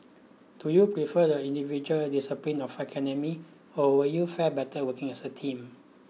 do you prefer the individual discipline of academia or would you fare better working as a team